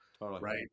right